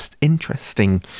Interesting